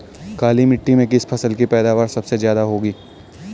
काली मिट्टी में किस फसल की पैदावार सबसे ज्यादा होगी?